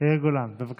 יאיר גולן, בבקשה.